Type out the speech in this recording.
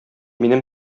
минем